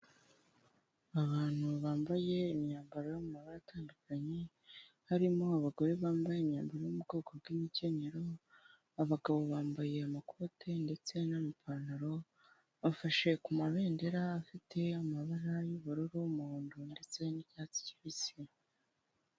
Abantu bambaye imyambaro yo mu mabara atandukanye, harimo abagore bambaye imyambaro yo mu bwoko bw'imikenyero, abagabo bambaye amakoti ndetse n'amapantaro, bafashe ku mabendera afite amabara y'ubururu, umuhondo ndetse n'icyatsi kibisi.